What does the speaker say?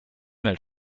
mail